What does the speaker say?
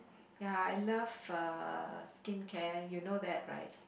ya I love uh skincare you know that right